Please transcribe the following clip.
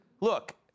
look